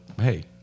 hey